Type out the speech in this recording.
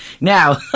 Now